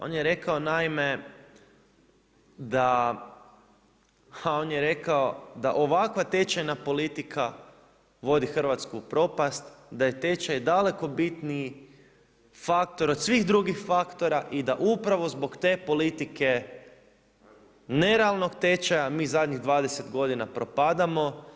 On je rekao naime da, on je rekao da ovakva tečajna politika vodi Hrvatsku u propast, da je tečaj daleko bitniji faktor od svih drugih faktora i da upravo zbog te politike nerealnog tečaja mi zadnjih 20 godina propadamo.